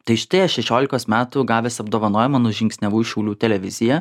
tai štai aš šešiolikos metų gavęs apdovanojimą nužingsniavau į šiaulių televiziją